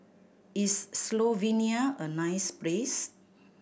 is Slovenia a nice place